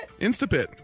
Instapit